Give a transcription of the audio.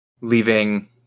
leaving